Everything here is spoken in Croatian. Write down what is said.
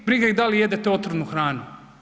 Briga ih da li jedete otrovnu hranu.